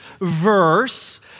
verse